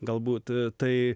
galbūt tai